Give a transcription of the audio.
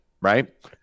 right